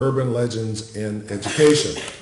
urban legends and education